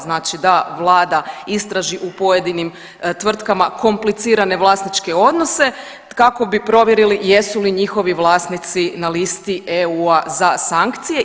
Znači da vlada istraži u pojedinim tvrtkama komplicirane vlasničke odnose kako bi provjerili jesu li njihovi vlasnici EU za sankcije.